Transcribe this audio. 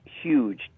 huge